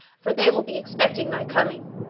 for they will be expecting thy coming.